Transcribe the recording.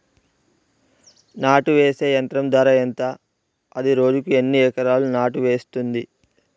నాటు వేసే యంత్రం ధర ఎంత? అది రోజుకు ఎన్ని ఎకరాలు నాటు వేస్తుంది?